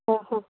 ᱚ ᱦᱚᱸ